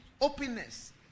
openness